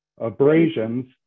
abrasions